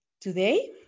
Today